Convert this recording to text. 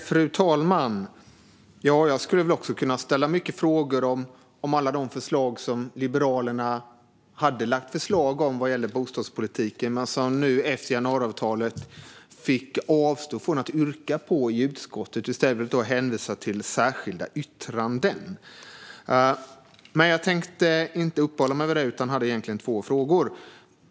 Fru talman! Jag skulle kunna ställa många frågor om alla de förslag som Liberalerna har lagt fram vad gäller bostadspolitiken men som man nu efter januariavtalet fick avstå från att yrka på i utskottet. I stället fick man hänvisa till särskilda yttranden. Jag tänkte dock inte uppehålla mig vid det, utan jag har två andra frågor.